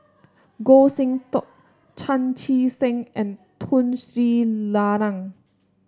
Goh Sin Tub Chan Chee Seng and Tun Sri Lanang